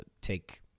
take